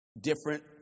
different